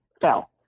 fell